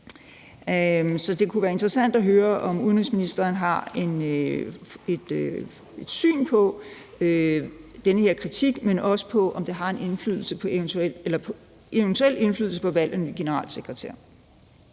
Så det kunne være interessant at høre, om udenrigsministeren har et syn på denne her kritik, men også på, om det har en eventuel indflydelse på valg af ny generalsekretær.